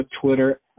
twitter